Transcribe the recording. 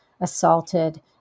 assaulted